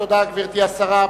תודה, גברתי השרה.